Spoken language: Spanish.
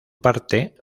parte